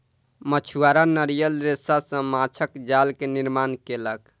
मछुआरा नारियल रेशा सॅ माँछक जाल के निर्माण केलक